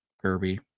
Kirby